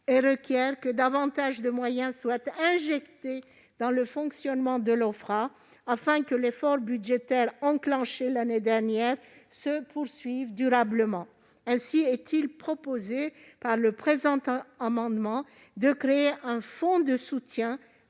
et requiert que davantage de moyens soient injectés dans le fonctionnement de l'Ofpra, afin que l'effort budgétaire enclenché l'année dernière se poursuive durablement. Le présent amendement vise à créer un fonds de soutien